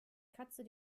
katze